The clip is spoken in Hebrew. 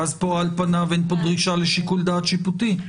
אחרת על פניו אין פה דרישה לשיקול דעת שיפוטי.